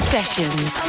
Sessions